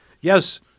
yes